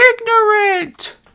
ignorant